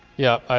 yeah,